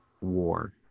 war